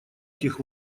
этих